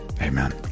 Amen